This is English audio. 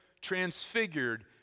transfigured